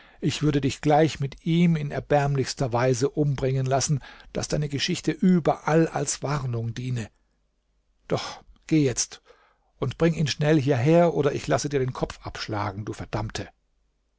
ich würde dich gleich mit ihm in erbärmlichster weise umbringen lassen daß deine geschichte überall als warnung diene doch geh jetzt und bring ihn schnell hierher oder ich lasse dir den kopf abschlagen du verdammte